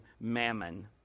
mammon